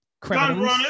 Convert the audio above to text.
criminals